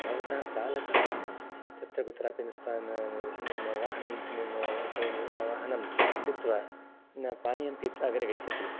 नवतः चालकः तत्र कुत्रापि न स्थान् वाहनं वाहनं स्थित्वा न पाणीयं पीत्वा अग्रे गच्छति